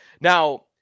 Now